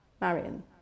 Marion